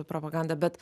propagandą bet